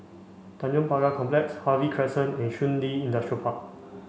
Tanjong Pagar Complex Harvey Crescent and Shun Li Industrial Park